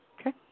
Okay